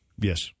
Yes